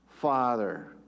Father